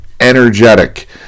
energetic